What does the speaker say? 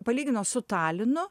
palygino su talinu